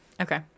okay